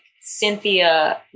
Cynthia